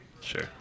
Sure